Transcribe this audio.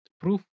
proof